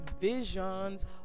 visions